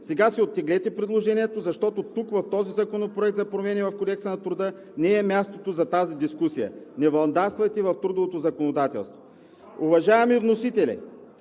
Сега си оттеглете предложението, защото тук в Законопроекта за промени в Кодекса на труда не е мястото за тази дискусия. Не вандалствайте в трудовото законодателство. Приемете